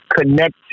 connect